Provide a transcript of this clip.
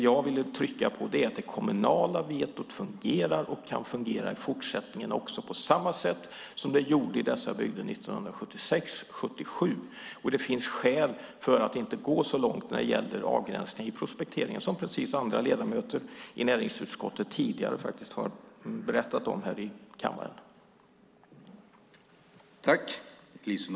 Jag vill trycka på att det kommunala vetot fungerar och kan fungera även i fortsättningen på samma sätt som det gjorde i dessa bygder 1976 och 1977. Det finns skäl att inte gå så långt när det gäller avgränsningar i prospekteringen, precis som andra ledamöter i näringsutskottet tidigare har berättat om här i kammaren.